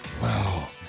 Wow